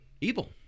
evil